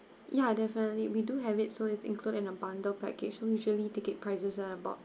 ya definitely we do have it so it's include in a bundle package usually ticket prices at about